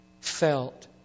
felt